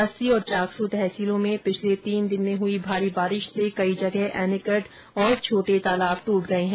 बस्सी और चाकसू तहसीलों में पिछले तीन दिन में हुई भारी बारिश से कई जगह एनीकट और छोटे तालाब दूट गये हैं